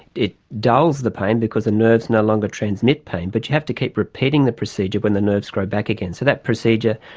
it dulls the pain because the nerves no longer transmit pain, but you have to keep repeating the procedure when the nerves grow back again. so that procedure,